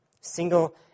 Single